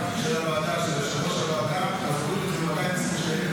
להגיש את זה מחדש, לשלם 360 שקל.